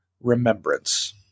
Remembrance